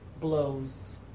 blows